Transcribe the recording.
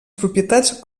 propietats